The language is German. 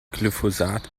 glyphosat